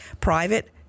private